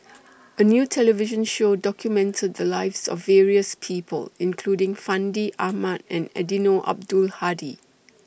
A New television Show documented The Lives of various People including Fandi Ahmad and Eddino Abdul Hadi